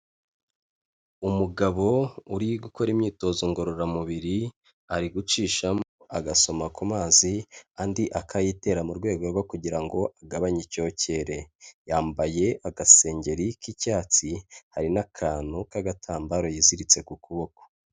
Umugabo uri gukora imyitozo ngororamubiri ari gucishamo agasoma ku mazi andi akayitera mu rwego rwo kugira ngo agabanye icyokere, yambaye agasengeri k'icyatsi hari n'akantu k'agatambaro yiziritse ku kuboko.